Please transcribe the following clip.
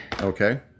okay